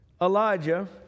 Elijah